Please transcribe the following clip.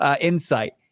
insight